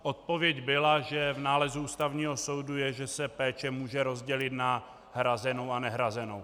Odpověď byla, že v nálezu Ústavního soudu je, že se péče může rozdělit na hrazenou a nehrazenou.